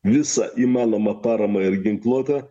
visą įmanomą paramą ir ginkluotę